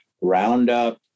Roundup